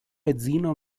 edzino